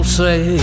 say